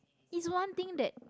is one thing that